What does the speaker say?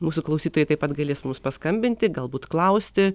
mūsų klausytojai taip pat galės mums paskambinti galbūt klausti